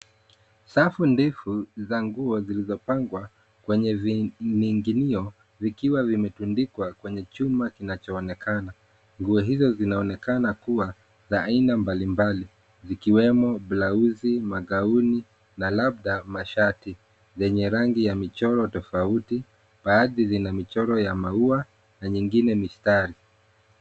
Safu ndefu za nguo zilizopangwa Kwenye vining'inio vikiwa vimetundikwa kwenye chuma kinachoonekana. Nguo hizo zinaonekana kuwa za aina mbalimbali zikiwemo blauzi, magauni na labda mashati yenye rangi ya michoro tofauti, baadhi zina michoro ya maua na nyingine mistari.